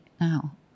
now